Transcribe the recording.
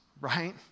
right